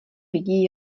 vidí